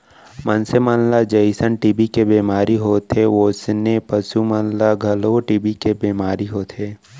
मनसे मन ल जइसन टी.बी के बेमारी होथे वोइसने पसु मन ल घलौ टी.बी के बेमारी होथे